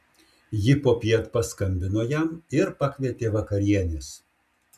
ji popiet paskambino jam ir pakvietė vakarienės